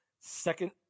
second